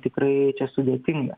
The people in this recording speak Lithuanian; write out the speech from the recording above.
tikrai čia sudėtinga